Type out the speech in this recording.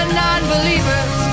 non-believers